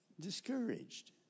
discouraged